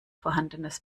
vorhandenes